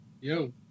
Yo